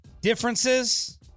Differences